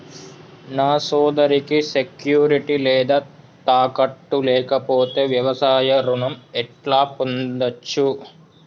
నా సోదరికి సెక్యూరిటీ లేదా తాకట్టు లేకపోతే వ్యవసాయ రుణం ఎట్లా పొందచ్చు?